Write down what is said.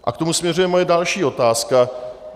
A k tomu směřuje moje další otázka.